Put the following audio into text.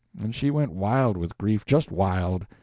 and she went wild with grief, just wild!